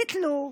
ביטלו.